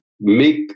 make